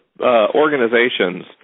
organizations